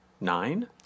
Nine